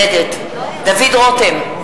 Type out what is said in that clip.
נגד דוד רותם,